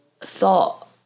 thought